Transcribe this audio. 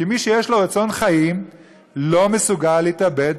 כי מי שיש לו רצון חיים לא מסוגל להתאבד.